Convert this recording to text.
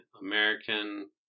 American